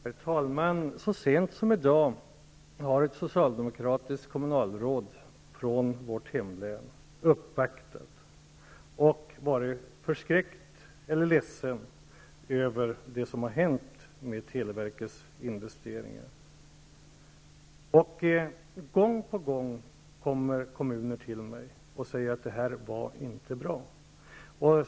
Herr talman! Så sent som i dag har ett socialdemokratiskt kommunalråd från vårt hemlän uppvaktat mig och varit ledsen över det som har hänt med televerkets investeringar. Gång på gång kommer representanter för kommuner till mig och säger att beslutet inte var bra.